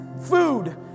food